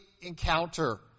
encounter